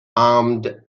armed